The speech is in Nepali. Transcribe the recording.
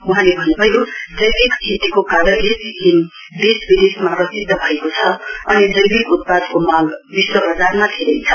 वहाँले भन्नुभयो जैविक खेतीको कारणले सिक्किम देश विदेशमा प्रसिद्ध भएको छ अनि जैविक उत्पादको मांग विश्व वजारमा धेरै छ